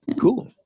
Cool